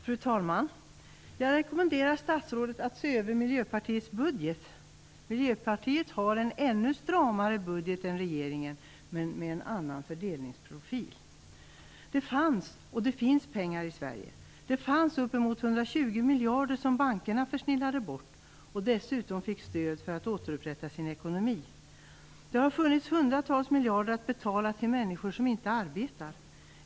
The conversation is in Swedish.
Fru talman! Jag rekommenderar statsrådet att läsa igenom Miljöpartiets budget. Miljöpartiet har en ännu stramare budget än regeringen, men med en annan fördelningsprofil. Det fanns, och det finns, pengar i Sverige. Det fanns uppemot 120 miljarder som bankerna försnillade bort. Dessutom fick de stöd för att återupprätta sin ekonomi. Det har funnits hundratals miljarder att betala till människor som inte arbetar.